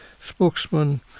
spokesman